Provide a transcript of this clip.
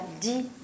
dit